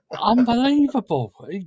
Unbelievable